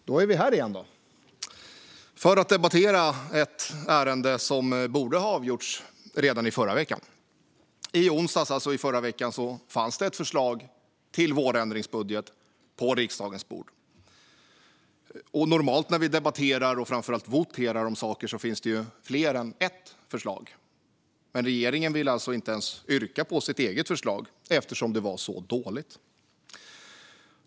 Herr talman! Då är vi här igen då för att debattera ett ärende som borde ha avgjorts redan förra veckan! I onsdags förra veckan fanns det ett förslag till vårändringsbudget på riksdagens bord. Normalt när vi debatterar och framför allt voterar om saker finns det fler än ett förslag. Men regeringspartiet ville alltså inte ens yrka bifall till sitt eget förslag, eftersom det var så dåligt.